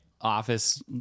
office